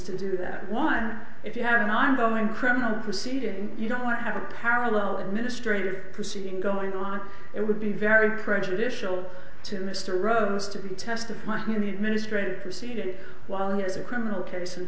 to do that why if you haven't i'm going pregnant proceeding you don't want to have a parallel administrator proceeding going on it would be very prejudicial to mr rose to be testifying in the administrative proceeding while he has a criminal case in